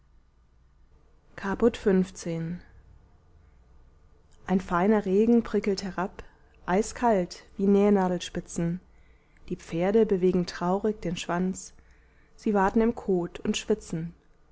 caput xv ein feiner regen prickelt herab eiskalt wie nähnadelspitzen die pferde bewegen traurig den schwanz sie waten im kot und schwitzen